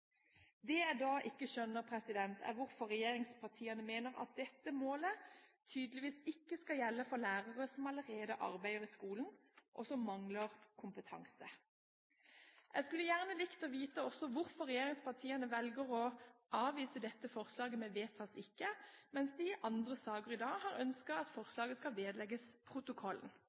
Det jeg da ikke skjønner, er hvorfor regjeringspartiene mener at dette målet tydeligvis ikke skal gjelde for lærere som allerede arbeider i skolen, og som mangler kompetanse. Jeg skulle gjerne også likt å vite hvorfor regjeringspartiene velger å avvise dette forslaget med «vedtas ikke», mens de i andre saker i dag har ønsket at forslaget skal vedlegges protokollen.